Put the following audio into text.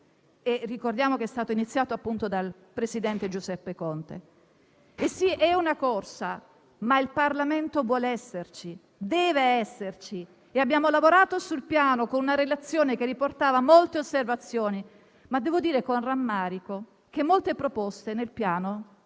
ricordiamo anche che è stato iniziato dal presidente Giuseppe Conte. Sì, è una corsa, ma il Parlamento vuole e deve esserci. Abbiamo lavorato sul Piano con una relazione che riportava molte osservazioni, ma devo dire con rammarico che molte proposte nel Piano